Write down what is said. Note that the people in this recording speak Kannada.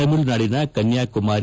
ತಮಿಳುನಾಡಿನ ಕನ್ಯಾಕುಮಾರಿ